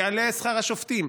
יעלה שכר השופטים,